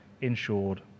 insured